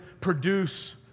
produce